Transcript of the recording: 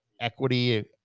equity